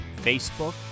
Facebook